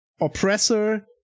oppressor